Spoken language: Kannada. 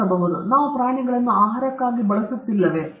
ಮತ್ತೆ ನಾವು ಅವುಗಳನ್ನು ಆಹಾರಕ್ಕಾಗಿ ಬಳಸುತ್ತಿಲ್ಲವೇ